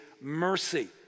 mercy